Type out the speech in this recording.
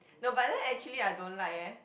no but then actually I don't like eh